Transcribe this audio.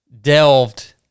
delved